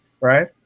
right